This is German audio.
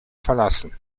verlassen